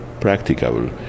practicable